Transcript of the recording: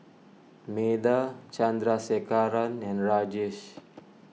Medha Chandrasekaran and Rajesh